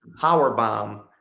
powerbomb